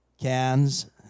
cans